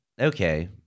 okay